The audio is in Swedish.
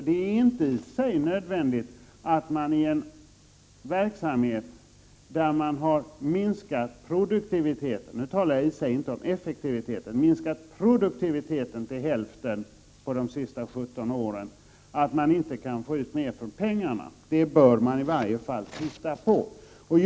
Det är inte givet att man i en verksamhet där produktiviteten — inte effektiviteten — de senaste 17 åren minskat till hälften inte kan få ut mer för pengarna. Det är i varje fall något som man bör studera.